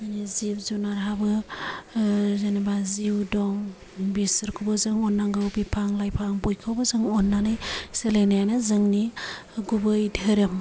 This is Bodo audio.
मानि जिब जुनारहाबो जेनेबा जिउ दं बिसोरखौबो जों अननांगौ बिफां लाइफां बयखौबो जों अननानै सोलिनायानो जोंनि गुबै धोरोम